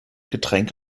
getränk